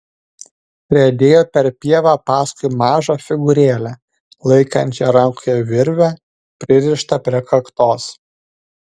riedėjo per pievą paskui mažą figūrėlę laikančią rankoje virvę pririštą prie kaktos